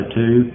two